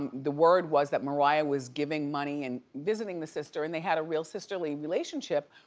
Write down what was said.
the word was that mariah was giving money and visiting the sister and they had a real sisterly relationship.